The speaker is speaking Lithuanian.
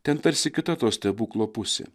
ten tarsi kita to stebuklo pusė